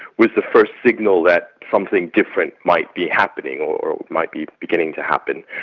was the first signal that something different might be happening or might be beginning to happen.